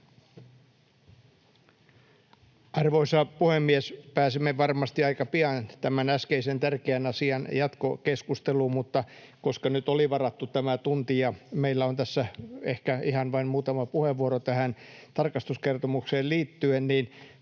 Arvoisa puhemies! Pääsemme varmasti aika pian tämän äskeisen tärkeän asian jatkokeskusteluun. Mutta koska nyt oli varattu tämä tunti ja meillä on tässä ehkä ihan vain muutama puheenvuoro tähän tarkastuskertomukseen liittyen, niin